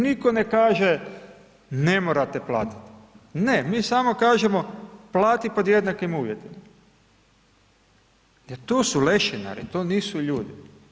Nitko ne kaže ne morate platiti, ne, mi samo kažemo plati pod jednakim uvjetima jer to su lešinari, to nisu ljudi.